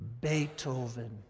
Beethoven